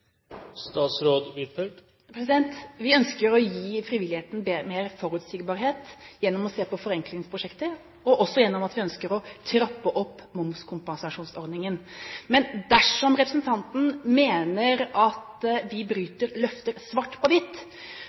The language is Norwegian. Vi ønsker å gi frivilligheten mer forutsigbarhet ved å se på forenklingsprosjekter og ved at vi ønsker å trappe opp momskompensasjonsordningen. Dersom representanten mener at vi bryter løftet svart på hvitt,